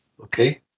okay